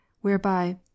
whereby